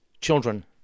children